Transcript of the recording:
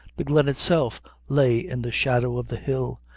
the glen itself lay in the shadow of the hill,